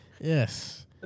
Yes